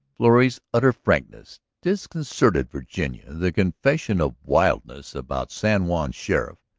florrie's utter frankness disconcerted virginia. the confession of wildness about san juan's sheriff,